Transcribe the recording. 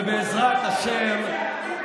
ובעזרת השם, של המדינה.